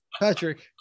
Patrick